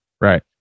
Right